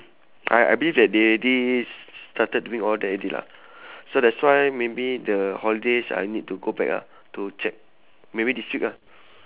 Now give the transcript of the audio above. I I believe that they did s~ started doing all that already lah so that's why maybe the holidays I need to go back lah to check maybe this week lah